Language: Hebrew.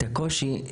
את הקושי,